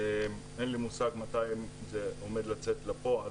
אין לי מושג מתי זה עומד לצאת לפועל,